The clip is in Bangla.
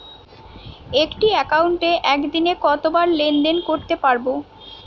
একটি একাউন্টে একদিনে কতবার লেনদেন করতে পারব?